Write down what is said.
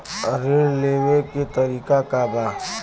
ऋण लेवे के तरीका का बा?